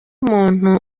muntu